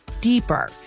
deeper